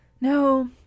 no